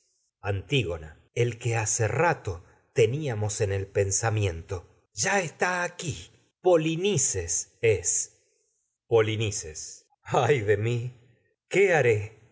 antígona el hace rato teníamos es en el pensa miento ya está aquí polinices polinices lloraré anciano ra ay de mi qué haré